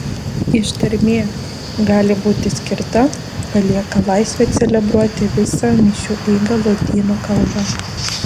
ištarmė gali būti skirta palieka laisvę celebruoti visą mišių eigą lotynų kalba